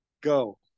go